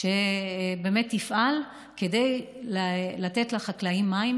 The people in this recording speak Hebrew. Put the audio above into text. שיפעל כדי לתת לחקלאים מים,